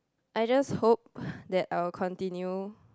I just hope that I will continue